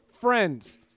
FRIENDS